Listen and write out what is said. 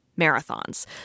marathons